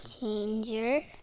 changer